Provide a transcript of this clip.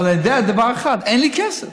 אבל אני יודע דבר אחד: אין לי כסף.